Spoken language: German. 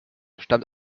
stammt